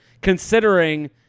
considering